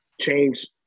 change